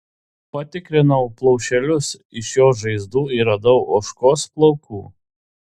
patikrinau plaušelius iš jos žaizdų ir radau ožkos plaukų